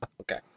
Okay